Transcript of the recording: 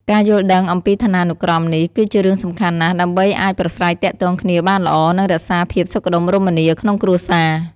ការយល់ដឹងអំពីឋានានុក្រមនេះ គឺជារឿងសំខាន់ណាស់ដើម្បីអាចប្រាស្រ័យទាក់ទងគ្នាបានល្អ និងរក្សាភាពសុខដុមរមនាក្នុងគ្រួសារ។